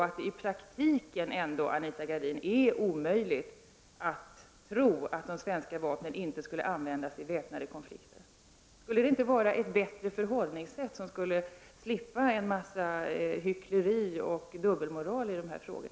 Det är ju i praktiken omöjligt att tro att de svenska vapnen inte skulle användas i väpnade konflikter. Skulle det inte vara ett bättre förhållningssätt, som innebar att man slapp en massa hyckleri och dubbelmoral i dessa frågor?